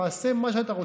תעשה מה שאתה רוצה.